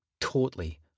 tautly